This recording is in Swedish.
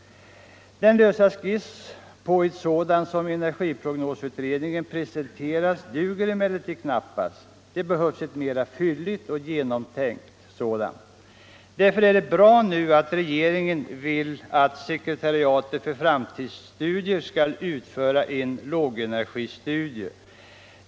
Den lösa skiss på ett sådant som energiprognosutredningen presenterat duger emellertid knappast. Det behövs ett mera fylligt och genomtänkt sådant. Därför är det bra att regeringen nu vill att sekretariatet för framtidsstudier skall utföra en lågenergistudie.